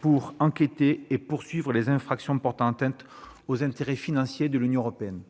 pour enquêter sur et poursuivre les infractions portant atteinte aux intérêts financiers de l'Union européenne.